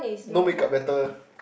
no makeup better eh